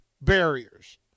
barriers